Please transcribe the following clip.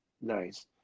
Nice